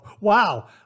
Wow